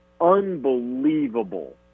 unbelievable